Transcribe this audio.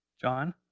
John